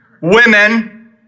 women